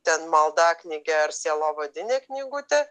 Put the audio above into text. ten maldaknygė ar sielovadinė knygutė